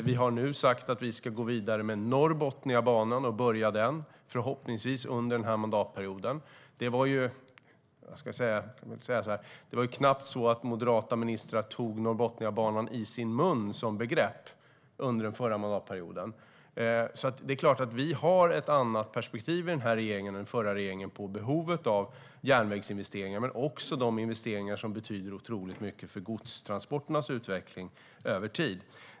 Vi har nu sagt att vi ska gå vidare och börja med Norrbotniabanan, förhoppningsvis under denna mandatperiod. Det var knappt att moderata ministrar tog begreppet Norrbotniabanan i sin mun under den förra mandatperioden. I regeringen har vi ett annat perspektiv än den förra regeringen när det gäller behovet av järnvägsinvesteringar men också när det gäller de investeringar som betyder otroligt mycket för godstransporternas utveckling över tid.